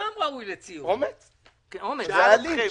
ירידת מחירים ארצית,